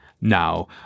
Now